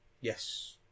Yes